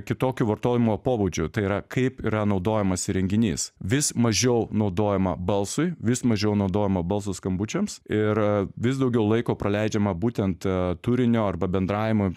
kitokiu vartojimo pobūdžiu tai yra kaip yra naudojamas įrenginys vis mažiau naudojama balsui vis mažiau naudojama balso skambučiams ir vis daugiau laiko praleidžiama būtent turinio arba bendravimo